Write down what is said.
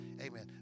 Amen